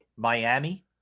Miami